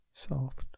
Soft